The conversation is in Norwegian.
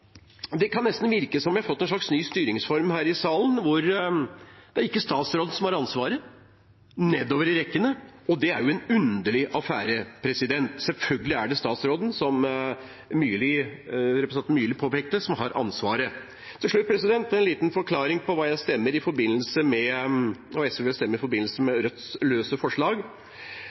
Det kan nesten virke som om vi har fått en slags ny styringsform her i salen, hvor det ikke er statsråden som har ansvaret nedover i rekkene. Og det er jo en underlig affære – selvfølgelig er det statsråden, som representanten Myrli påpekte, som har ansvaret. Til slutt en liten forklaring på hva SV vil stemme i forbindelse med Rødts løse forslag.